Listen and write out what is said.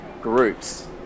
groups